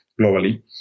globally